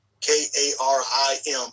K-A-R-I-M